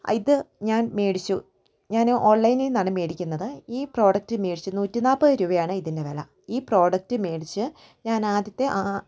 ഇത് ഞാൻ മേടിച്ചു ഞാൻ ഓൺലൈനിൽ നിന്നാണ് മേടിക്കുന്നത് ഈ പ്രോഡക്റ്റ് മേടിച്ചു നൂറ്റി നാൽപത് രൂപയാണ് ഇതിൻ്റെ വില ഈ പ്രോഡക്റ്റ് മേടിച്ച് ഞാൻ ആദ്യത്തെ ആ